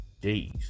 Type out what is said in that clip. days